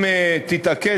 אם תתעקש,